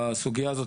הסוגייה הזאת,